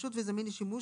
פשוט וזמין לשימוש,